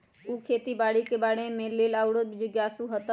उ खेती बाड़ी के बारे में जाने के लेल आउरो जिज्ञासु हतन